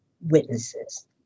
witnesses